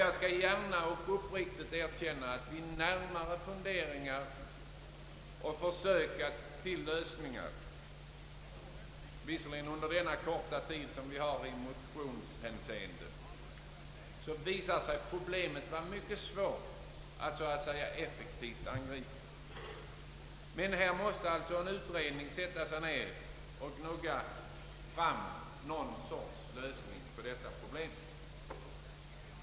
Jag skall gärna och uppriktigt erkänna att jag vid försök att finna lösningar på detta problem — under den korta tid som vi har haft på oss i motionshänseende — funnit att pro blemet är mycket svårt att effektivt angripa. Här måste en utredning sätta sig ned och få till stånd någon form av lösning på detta problem.